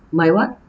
my what